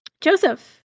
Joseph